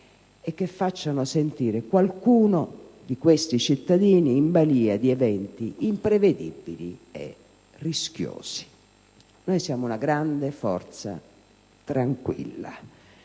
e che facciano sentire qualcuno di questi cittadini in balia di eventi imprevedibili e rischiosi. Noi siamo una grande forza tranquilla.